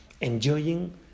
enjoying